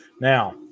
Now